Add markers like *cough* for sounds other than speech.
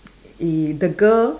*noise* the girl